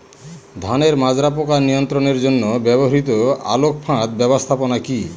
ধানের মাজরা পোকা নিয়ন্ত্রণের জন্য ব্যবহৃত আলোক ফাঁদ ব্যবস্থাপনা কি?